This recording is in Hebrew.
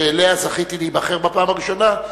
שאליה זכיתי להיבחר בפעם הראשונה,